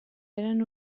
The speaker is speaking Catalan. eren